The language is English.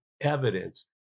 evidence